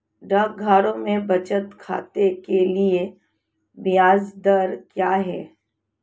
डाकघरों में बचत खाते के लिए ब्याज दर क्या है?